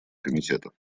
комитета